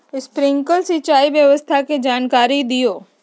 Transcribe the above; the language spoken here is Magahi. स्प्रिंकलर सिंचाई व्यवस्था के जाकारी दिऔ?